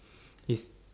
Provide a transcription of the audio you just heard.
if